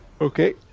Okay